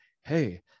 Hey